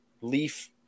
leaf